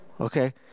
okay